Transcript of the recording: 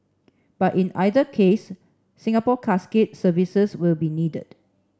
but in either case Singapore Casket's services will be needed